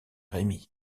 rémi